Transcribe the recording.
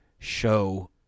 show